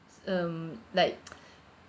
mm like